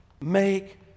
make